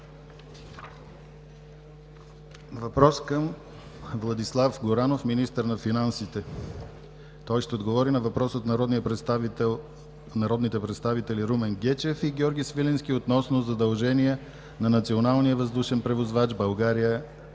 Въпрос към Владислав Горанов – министър на финансите. Той ще отговори на въпрос от народните представители Румен Гечев и Георги Свиленски относно задължения на националния въздушен превозвач „България